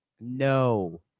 no